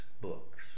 books